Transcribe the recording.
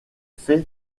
fait